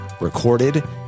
recorded